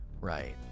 Right